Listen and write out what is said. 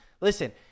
Listen